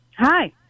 hi